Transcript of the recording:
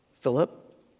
Philip